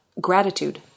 gratitude